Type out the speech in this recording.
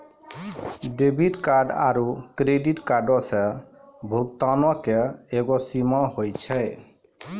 debit card आरू credit कार्डो से भुगतानो के एगो सीमा होय छै